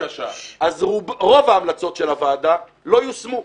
אז רוב ההמלצות של הוועדה לא יושמו,